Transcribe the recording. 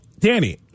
Danny